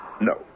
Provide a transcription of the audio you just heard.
No